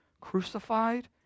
Crucified